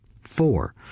four